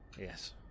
Yes